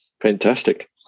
Fantastic